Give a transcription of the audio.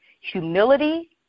humility